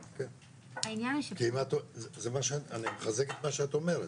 אני מחזק את מה שאת אומרת.